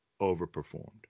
overperformed